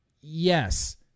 Yes